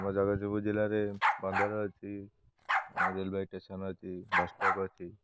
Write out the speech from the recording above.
ଆମ ଜଗତସିଂପୁର ଜିଲ୍ଲାରେ ବନ୍ଦର ଅଛି ରେଲବାଇ ଷ୍ଟେସନ୍ ଅଛି ବସଷ୍ଟପ୍ ଅଛି